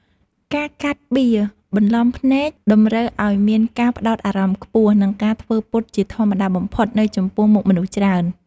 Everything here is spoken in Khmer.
ការកាត់បៀ បន្លំភ្នែកតម្រូវឱ្យមានការផ្តោតអារម្មណ៍ខ្ពស់ និង ការធ្វើពុតជាធម្មតាបំផុតនៅចំពោះមុខមនុស្សច្រើន។